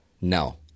no